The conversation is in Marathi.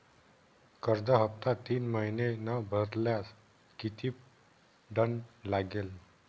कर्ज हफ्ता तीन महिने न भरल्यास किती दंड लागेल?